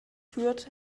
führt